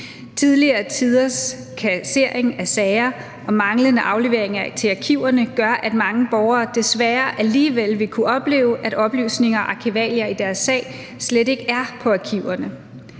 Tidligere tiders kassering af sager og manglende afleveringer til arkiverne gør, at mange borgere desværre alligevel vil kunne opleve, at oplysninger og arkivalier i deres sag slet ikke er på arkiverne.